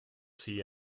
see